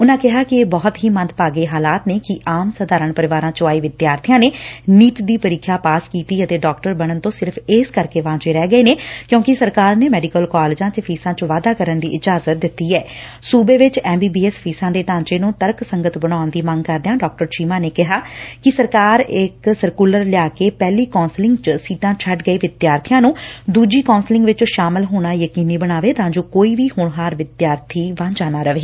ਉਨੂਾਂ ਕਿਹਾ ਕਿ ਇਹ ਬਹੁਤ ਹੀ ਮੰਦਭਾਗੇ ਹਾਲਾਤ ਨੇ ਕਿ ਆਮ ਸਾਧਾਰਨ ਪਰਿਵਾਰਾਂ ਚੋਂ ਆਏ ਵਿਦਿਆਰਥੀਆਂ ਨੇ ਨੀਟ ਦੀ ਪ੍ੀਖਿਆ ਪਾਸ ਕੀਤੀ ਅਤੇ ਡਾਕਟਰ ਬਣਨ ਤੋ ਸਿਰਫ਼ ਇਸ ਕਰਕੇ ਵਾਂਝੇ ਰਹਿ ਗਏ ਕਿਉਕਿ ਸਰਕਾਰ ਨੇ ਮੈਡੀਕਲ ਕਾਲਜਾਂ ਨੂੰ ਫੀਸਾਂ ਚ ਵਾਧਾ ਕਰਨ ਦੀ ਇਜਾਜ਼ਤ ਦਿੱਤੀ ਸੁਬੇ ਵਿਚ ਐਮ ਬੀ ਬੀ ਐਸ ਫੀਸਾਂ ਦੇ ਢਾਂਚੇ ਨੂੰ ਤਰਕੰੰਗਤ ਬਣਾਉਣ ਦੀ ਮੰਗ ਕਰਦਿਆਂ ਡਾ ਚੀਮਾ ਨੇ ਕਿਹਾ ਕਿ ਸਰਕਾਰ ਇਕ ਸਰਕੁਲਰ ਲਿਆ ਕੇ ਪਹਿਲੀ ਕੋਸਲਿੰਗ ਚ ਸੀਟਾਂ ਛੱਡ ਗਏ ਵਿਦਿਆਰਥੀਆਂ ਨੂੰ ਦੂਜੀ ਕੋਸਲਿੰਗ ਚ ਸ਼ਾਮਲ ਹੋਣਾ ਯਕੀਨੀ ਬਣਾਏ ਤਾਂ ਜੋ ਕੋਈ ਵੀ ਹੋਣਹਾਰ ਵਿਦਿਆਰਥੀ ਰਹਿ ਨਾ ਜਾਵੇ